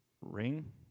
Ring